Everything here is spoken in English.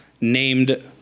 named